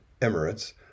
Emirates